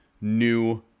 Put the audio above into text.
new